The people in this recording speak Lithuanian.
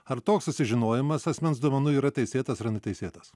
ar toks susižinojimas asmens duomenų yra teisėtas ar neteisėtas